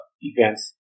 events